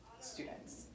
students